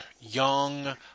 young